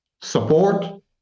support